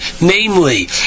namely